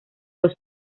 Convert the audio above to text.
los